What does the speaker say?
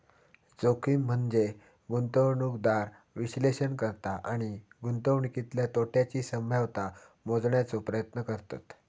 जोखीम म्हनजे गुंतवणूकदार विश्लेषण करता आणि गुंतवणुकीतल्या तोट्याची संभाव्यता मोजण्याचो प्रयत्न करतत